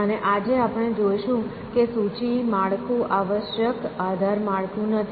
અને આજે આપણે જોશું કે સૂચિ માળખું આવશ્યક આધાર માળખું નથી